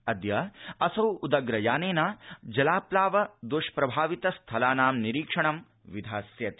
अद्यासौ उदग्रयानेन जलाप्लाव दुष्प्रभावित स्थलानां निरीक्षणं विधास्यति